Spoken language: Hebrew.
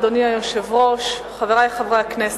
אדוני היושב-ראש, אני מודה לך, חברי חברי הכנסת,